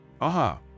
aha